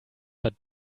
but